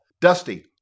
Dusty